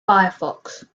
firefox